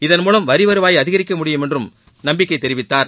இதன் மூலம் வரி வருவாயை அதிகரிக்க முடியும் என்றும் தெரிவித்தார்